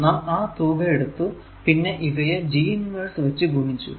നാം ആ തുക എടുത്തു പിന്നെ ഇവയെ G ഇൻവെർസ് വച്ച് ഗുണിച്ചു